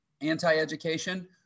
anti-education